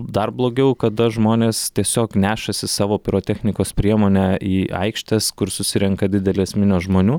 dar blogiau kada žmonės tiesiog nešasi savo pirotechnikos priemonę į aikštes kur susirenka didelės minios žmonių